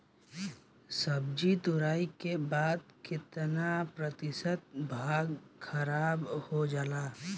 सब्जी तुराई के बाद केतना प्रतिशत भाग खराब हो जाला?